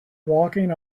walking